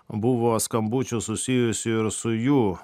buvo skambučių susijusių ir su jų